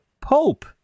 Pope